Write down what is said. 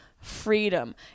freedom